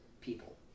people